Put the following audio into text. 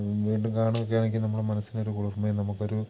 വീണ്ടും കാണുകയൊക്കെ ആണെങ്കിൽ നമ്മുടെ മനസ്സിനൊരു കുളിർമയും നമുക്കൊരു